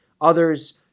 Others